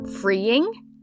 freeing